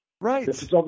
Right